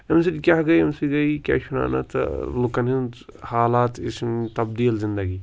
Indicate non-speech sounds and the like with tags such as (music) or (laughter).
امۍ سۭتۍ کیٛاہ گٔے امۍ سۭتۍ گٔے یہِ کیٛاہ چھِ وَنان اَتھ تہٕ لُکَن ہٕنٛز حالات (unintelligible) تبدیٖل زِندَگی